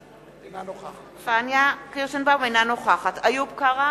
אינה נוכחת איוב קרא,